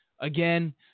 again